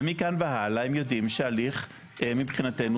ומכאן והלאה הם יודעים שההליך מבחינתנו